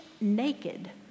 naked